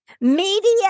media